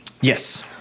Yes